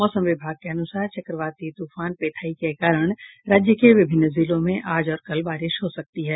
मौसम विभाग के अनुसार चक्रवाती तुफान पेथाई के कारण राज्य के विभिन्न जिलों में आज और कल बारिश हो सकती है